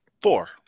Four